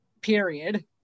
Period